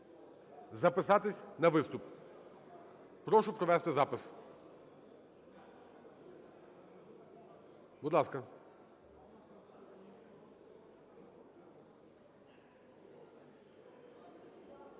записатися на виступ. Прошу провести запис. Будь ласка.